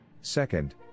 Second